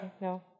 No